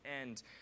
end